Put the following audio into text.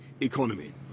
economy